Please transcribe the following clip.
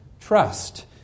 trust